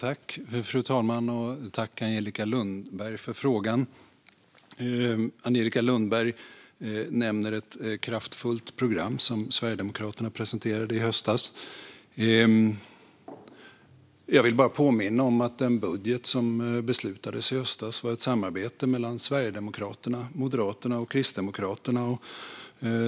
Fru talman! Tack för frågan, Angelica Lundberg! Angelica Lundberg nämner ett kraftfullt program som Sverigedemokraterna presenterade i höstas. Jag vill bara påminna om att den budget som beslutades i höstas var ett samarbete mellan Sverigedemokraterna, Moderaterna och Kristdemokraterna.